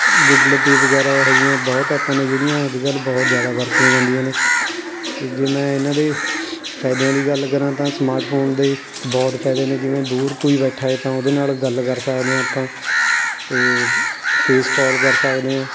Google Pay ਵਗੈਰਾ ਇਹੋ ਜਿਹੀਆਂ ਬਹੁਤ ਐਪਾਂ ਨੇ ਜਿਹੜੀਆਂ ਅੱਜ ਕੱਲ੍ਹ ਬਹੁਤ ਜ਼ਿਆਦਾ ਵਰਤੀਆਂ ਜਾਂਦੀਆਂ ਨੇ ਅਤੇ ਜੇ ਮੈਂ ਇਹਨਾਂ ਦੇ ਫਾਇਦਿਆਂ ਦੀ ਗੱਲ ਕਰਾਂ ਤਾਂ ਸਮਾਰਟ ਫੋਨ ਦੇ ਬਹੁਤ ਫਾਇਦੇ ਨੇ ਜਿਵੇਂ ਦੂਰ ਕੋਈ ਬੈਠਾ ਹੈ ਤਾਂ ਉਹਦੇ ਨਾਲ ਗੱਲ ਕਰ ਸਕਦੇ ਹਾਂ ਆਪਾਂ ਅਤੇ ਫੇਸ ਕੋਲ ਕਰ ਸਕਦੇ ਹਾਂ